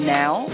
now